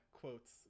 quotes